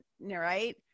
Right